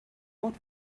what